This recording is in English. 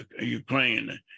Ukraine